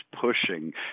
pushing